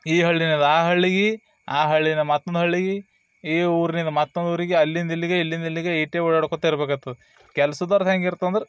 ಈ ಹಳ್ಳಿನದ ಆ ಹಳ್ಳಿಗೆ ಆ ಹಳ್ಳಿಂದ ಮತ್ತೊಂದು ಹಳ್ಳಿಗೆ ಈ ಊರಿನಿಂದ ಮತ್ತೊಂದು ಊರಿಗೆ ಅಲ್ಲಿಂದ ಇಲ್ಲಿಗೆ ಇಲ್ಲಿಂದ ಇಲ್ಲಿಗೆ ಈಟೆ ಓಡಾಡ್ಕೋತ ಇರಬೇಕಾಯ್ತದ ಕೆಲ್ಸದವ್ರ್ದು ಹೆಂಗೆ ಇರ್ತವೆ ಅಂದ್ರೆ